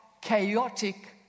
chaotic